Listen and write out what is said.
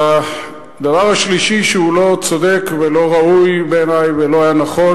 הדבר השלישי שהוא לא צודק ולא ראוי בעיני ולא היה נכון,